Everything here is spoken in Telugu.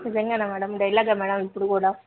నిజంగానా మేడం డైలాగా మేడం ఇప్పుడు కూడా